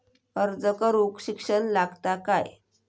अर्ज करूक शिक्षण लागता काय?